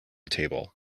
table